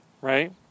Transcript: right